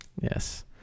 yes